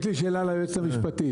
יש לי שאלה ליועצת המשפטית.